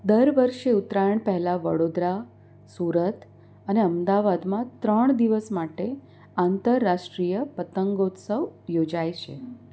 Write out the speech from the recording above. દર વર્ષે ઉત્તરાયણ પહેલા વડોદરા સુરત અને અમદાવાદમાં ત્રણ દિવસ માટે આંતરરાષ્ટ્રીય પતંગોત્સવ યોજાય છે